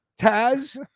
Taz